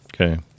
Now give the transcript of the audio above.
Okay